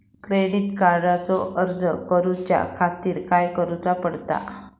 Credit कार्डचो अर्ज करुच्या खातीर काय करूचा पडता?